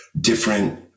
different